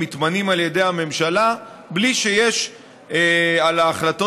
מתמנים על ידי הממשלה בלי שיש על ההחלטות